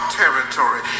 territory